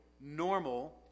normal